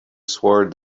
swore